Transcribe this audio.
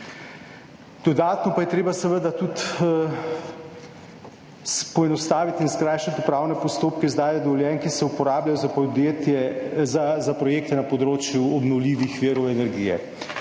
Dodatno pa je treba seveda tudi poenostaviti in skrajšati upravne postopke izdaje dovoljenj, ki se uporabljajo za projekte na področju obnovljivih virov energije.